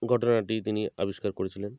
ঘটনাটি তিনি আবিষ্কার করেছিলেন